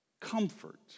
Comfort